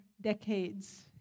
decades